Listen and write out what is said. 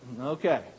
okay